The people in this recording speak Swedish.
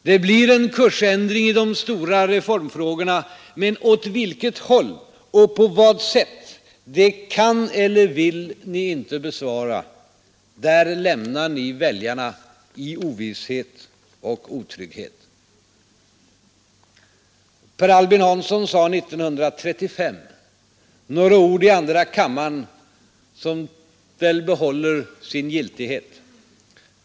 Det blir en kursändring i de stora reformfrågorna, men åt vilket håll och på vad sätt? Den frågan kan ni inte eller vill ni inte besvara. Där lämnar ni väljarna i ovisshet och otrygghet. Per Albin Hansson sade 1935 några ord i andra kammaren som väl behåller sin giltighet.